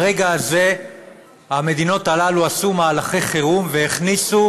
ברגע הזה המדינות האלה עשו מהלכי חירום והכניסו,